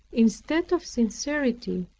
instead of sincerity,